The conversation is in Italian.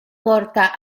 porta